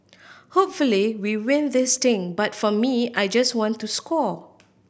hopefully we win this thing but for me I just want to score